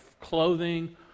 clothing